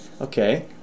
okay